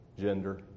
gender